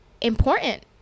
important